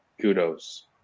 kudos